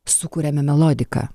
sukuriame melodiką